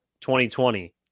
2020